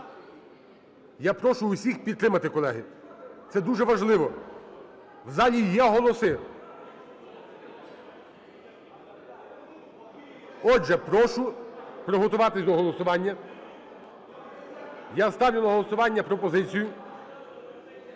Я прошу всіх підтримати, колеги. Це дуже важливо. В залі є голоси. Отже, прошу приготуватись до голосування. Я ставлю на голосування пропозицію…